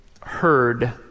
heard